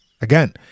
again